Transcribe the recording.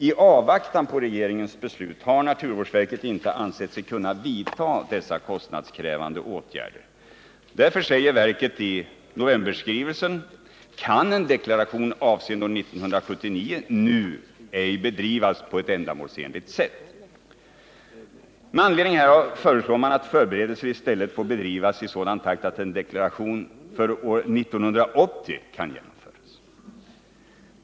I avvaktan på regeringens beslut har naturvårdsverket inte ansett sig kunna vidta dessa kostnadskrävande åtgärder. Därför, säger verket i sin skrivning, kan förberedelsearbetet för en deklaration avseende år 1979 nu ej bedrivas på ett ändamålsenligt sätt. Med anledning härav föreslår man att förberedelser i stället får bedrivas i sådan takt att en deklaration för år 1980 kan genomföras.